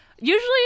usually